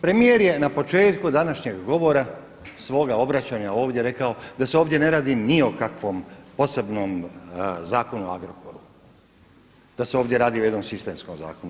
Premijer je na početku današnjeg govora, svoga obraćanja ovdje rekao da se ovdje ne radi ni o kakvom posebnom Zakonu o Agrokoru, da se ovdje radi o jednom sistemskom zakonu.